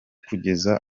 kugeza